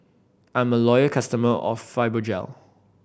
I'm a loyal customer of Fibogel